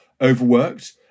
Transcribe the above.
overworked